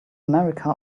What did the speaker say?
america